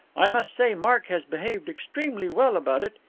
i must say mark has behaved extremely well about it,